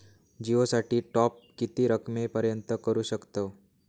जिओ साठी टॉप किती रकमेपर्यंत करू शकतव?